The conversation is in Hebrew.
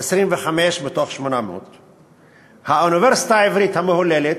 25 מתוך 800. באוניברסיטה העברית המהוללת,